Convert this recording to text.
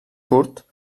curt